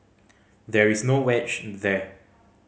there is no wedge there